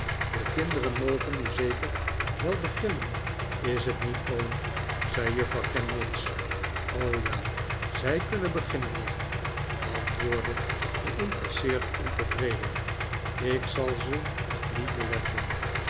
de kinderen mogen nu zeker wel beginnen is t niet oom zei juffrouw kenwigs ja zij kunnen beginnen nicht antwoordde de incasseerder ontevreden ik zal ze t niet beletten